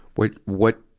what, what,